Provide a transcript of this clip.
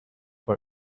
for